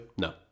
No